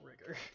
rigor